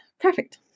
perfect